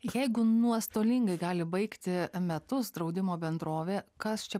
jeigu nuostolingai gali baigti metus draudimo bendrovė kas čia